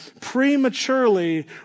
prematurely